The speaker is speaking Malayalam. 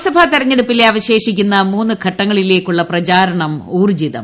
ലോക്സഭാ തെരഞ്ഞെടുപ്പിലെ അവശേഷിക്കുന്ന മൂന്ന് ഘട്ടങ്ങളിലേക്കുള്ള പ്രചാരണം ഊർജ്ജിതം